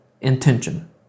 intention